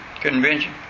convention